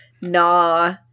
Nah